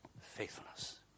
faithfulness